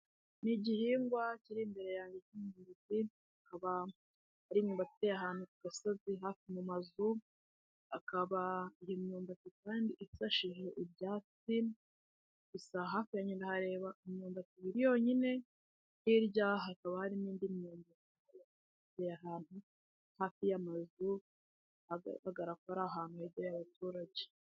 Ni igihingwa kiri imbere yanjye k'imyumbati, akaba ari imyumbati iteye ahantu ku gasozi hafi mu mazu, akaba imyumbati kandi ifashije ibyatsi, gusa hafi yange ndahareba imyumbati ibiri yonyine hirya hakaba har nindi mumbati iteye ahantu hafi y'amazu hagaragarako ari ahantu hegereye abaturage.